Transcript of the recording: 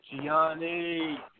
Gianni